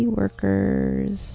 workers